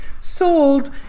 sold